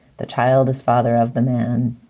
the child is father of the man,